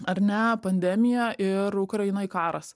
ar ne pandemija ir ukrainoj karas